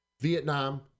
Vietnam